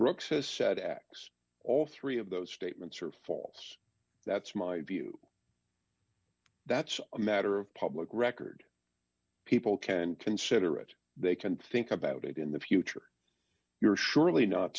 brooks has said x all three of those statements are false that's my view that's all a matter of public record people can consider it they can think about it in the future you're surely not